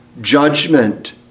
judgment